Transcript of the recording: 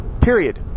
Period